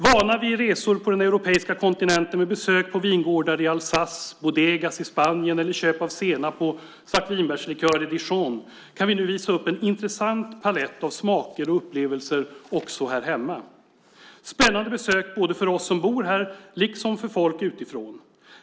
Vana vid resor på den europeiska kontinenten med besök på vingårdar i Alsace och bodegor i Spanien eller köp av senap och svartvinbärslikör i Dijon kan vi nu visa upp en intressant palett av smaker och upplevelser också här hemma. Det är spännande besök både för oss som bor här och för folk utifrån.